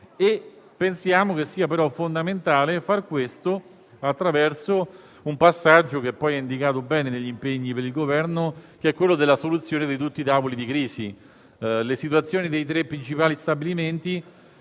Pensiamo però che sia fondamentale fare questo attraverso un passaggio che poi è indicato bene negli impegni per il Governo: la soluzione di tutti i tavoli di crisi. Le situazioni dei tre principali stabilimenti